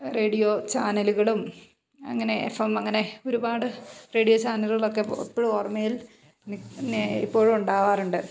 radio ചാനലുകളും അങ്ങനെ F M അങ്ങനെ ഒരുപാട് റേഡിയോ ചാനലുകളിലൊക്കെ എപ്പോഴും ഓർമ്മയിൽ പിന്നെ ഇപ്പോഴും ഉണ്ടാവാറുണ്ട്